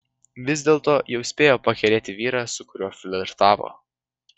vis dėlto jau spėjo pakerėti vyrą su kuriuo flirtavo